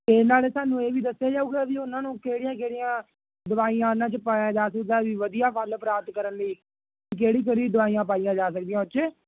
ਅਤੇ ਨਾਲੇ ਸਾਨੂੰ ਇਹ ਵੀ ਦੱਸਿਆ ਜਾਵੇਗਾ ਵੀ ਉਹਨਾਂ ਨੂੰ ਕਿਹੜੀਆਂ ਕਿਹੜੀਆਂ ਦਵਾਈਆਂ ਉਹਨਾਂ 'ਚ ਪਾਇਆ ਜਾ ਸਕਦਾ ਵੀ ਵਧੀਆ ਫ਼ਲ ਪ੍ਰਾਪਤ ਕਰਨ ਲਈ ਕਿਹੜੀ ਕਿਹੜੀ ਦਵਾਈਆਂ ਪਾਈਆਂ ਜਾ ਸਕਦੀਆਂ ਉਹ 'ਚ